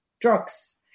drugs